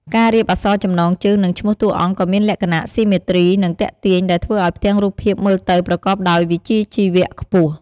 ការរៀបអក្សរចំណងជើង និងឈ្មោះតួអង្គក៏មានលក្ខណៈ ស៊ីមេទ្រី និងទាក់ទាញ ដែលធ្វើឱ្យផ្ទាំងរូបភាពមើលទៅប្រកបដោយវិជ្ជាជីវៈខ្ពស់ ។